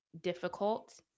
difficult